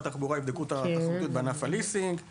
התחבורה יבדקו את התחרותיות בענף הליסינג;